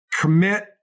commit